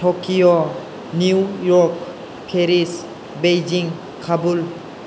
Tokyo New York Paris Beijing Kabul